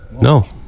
No